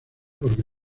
porque